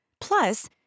Plus